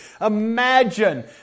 Imagine